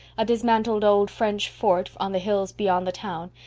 a dismantled old french fort on the hills beyond the town,